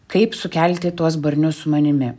kaip sukelti tuos barnius su manimi